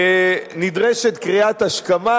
נדרשת קריאת השכמה,